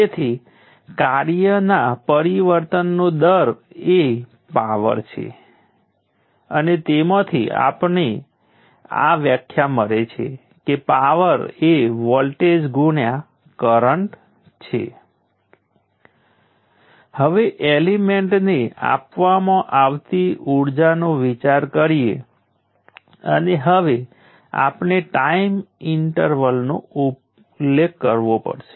જો તમે ઇન્ડક્ટર દ્વારા શોષિત એનર્જી ને જુઓ અને જ્યારે આપણે એનર્જી કહીએ છીએ ત્યારે આપણે સમયનો ઈન્ટરવલ સ્પષ્ટ કરવો પડશે